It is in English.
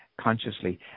consciously